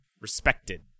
Respected